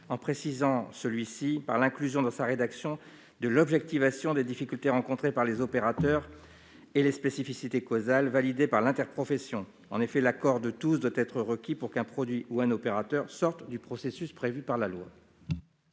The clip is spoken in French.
cet amendement a pour objet d'inclure dans la rédaction du décret l'objectivation des difficultés rencontrées par les opérateurs et les spécificités causales validées par l'interprofession. L'accord de tous doit être requis pour qu'un produit ou un opérateur sorte du processus prévu par la